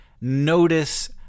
notice